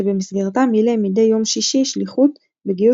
שבמסגרתה מילא מדי יום שישי שליחות בגיוס